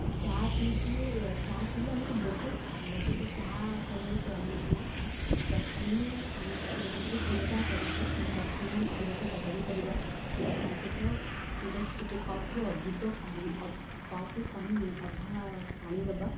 ତ ଚା' ପିଇକି ଚା' ପିଇଲେ ଆମକୁ ବହୁତ ଭଲଲାଗେ ତ ଚା' କରିବାର ପ୍ରଣାଳୀ ହେଲା ପ୍ରଥମେ ଆମେ କ୍ଷୀରକୁ ଯଦି କ୍ଷୀର ଚା' କରୁଛେ ତା'ହେଲେ ପ୍ରଥମେ ଆମେ କ୍ଷୀରକୁ ଗରମ କରିବା ତା' ସହିତ ଟିକିଏ କପ୍ରୁ ଅଧିକ ପାଣି କପ୍ରୁ କମ୍ ଅଧା ପାଣି ଦେବା